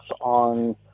on